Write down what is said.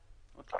ועדת